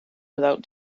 without